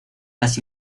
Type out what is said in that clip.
las